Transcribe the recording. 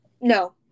No